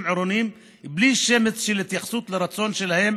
עירוניים בלי שמץ של התייחסות לרצון שלהם